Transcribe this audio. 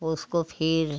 उसको फिर